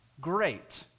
great